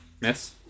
Miss